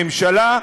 לא שנוי במחלוקת,